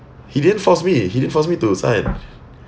he didn't force me he didn't force me to sign